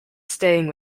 staying